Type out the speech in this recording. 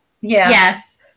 Yes